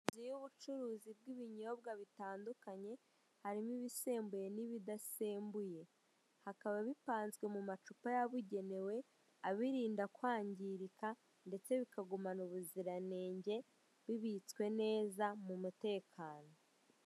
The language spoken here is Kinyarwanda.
Inzu y'ubucuruzi bw'ibinyobwa bitandukanye harimo ibisembuye n'ibidasembuye, hakaba bipanzwe mu macupa yabugenewe abirinda kwangirika ndetse bikagumana ubuziranenge, bibitswe neza mu mutekano.